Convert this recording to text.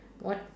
what